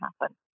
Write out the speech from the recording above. happen